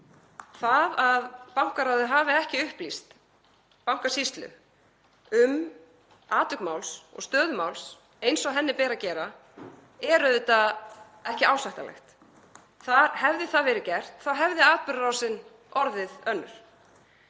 Það að bankaráðið hafi ekki upplýst Bankasýsluna um atvik máls og stöðu máls eins og því ber að gera er auðvitað ekki ásættanlegt. Hefði það verið gert hefði atburðarásin orðið önnur.